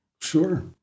sure